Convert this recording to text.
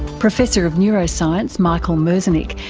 professor of neuroscience michael merzenich,